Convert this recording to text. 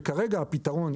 וכרגע הפתרון,